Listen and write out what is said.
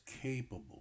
capable